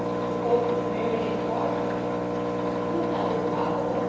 suppose she married incautiously it is not improbable,